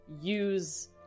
use